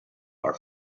are